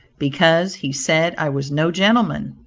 because he said i was no gentleman,